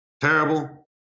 terrible